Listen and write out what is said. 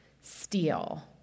steal